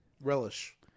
relish